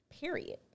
Period